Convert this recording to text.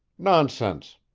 nonsense!